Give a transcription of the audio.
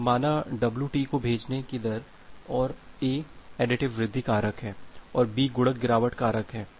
तो माना wt को भेजने की दर और a एडिटिव वृद्धि कारक है और B गुणक गिरावट कारक है